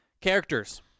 Characters